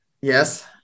Yes